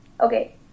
Okay